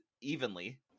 evenly